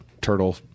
turtle